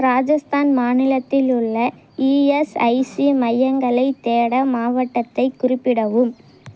ராஜஸ்தான் மாநிலத்தில் உள்ள இஎஸ்ஐசி மையங்களைத் தேட மாவட்டத்தைக் குறிப்பிடவும்